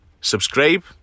subscribe